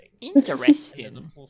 Interesting